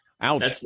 Ouch